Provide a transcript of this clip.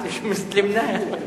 תשובת שר המשפטים יעקב נאמן: